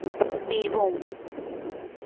Birbhum